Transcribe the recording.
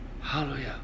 hallelujah